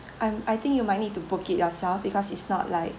um I think you might need to book it yourself because it's not like